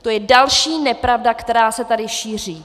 To je další nepravda, která se tady šíří.